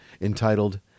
entitled